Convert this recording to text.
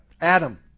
Adam